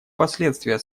последствия